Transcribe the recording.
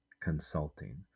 Consulting